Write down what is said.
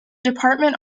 department